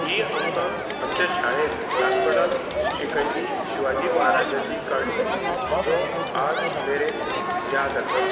ही आमकां आमच्या शाळेंत ल्हानपणान शिकयल्ली शिवाजी महाराजाची काणी जो आज मेरेन याद आसा